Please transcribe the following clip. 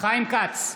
חיים כץ,